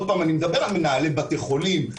אני מדבר על מנהלי בתי חולים,